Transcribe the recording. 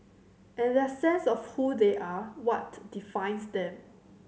and their sense of who they are what defines them